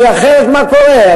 כי אחרת, מה קורה?